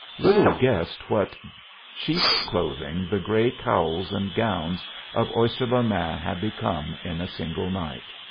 little guessed what sheep's clothing the gray cowls and gowns of oyster-le-main had become in a single night,